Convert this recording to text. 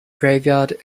graveyard